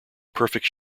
perfect